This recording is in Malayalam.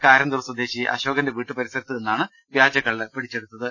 കാരന്തൂർ സ്വദേശി അശോകന്റെ വീട്ട് പരിസരത്തുനിന്നാണ് വ്യാജകള്ള് പിടിച്ചെടുത്തത്